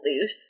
loose